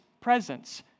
presence